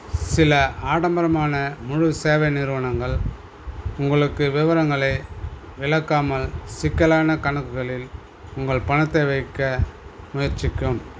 சில ஆடம்பரமான முழு சேவை நிறுவனங்கள் உங்களுக்கு விவரங்களை விளக்காமல் சிக்கலான கணக்குகளில் உங்கள் பணத்தை வைக்க முயற்சிக்கும்